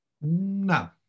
no